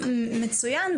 מצוין,